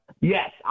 Yes